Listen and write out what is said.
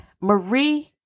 Marie